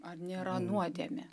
ar nėra nuodėmė